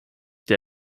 der